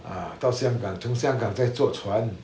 ah 到香港从香港再坐船